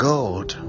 God